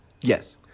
Yes